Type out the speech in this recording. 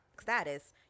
status